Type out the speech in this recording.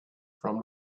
from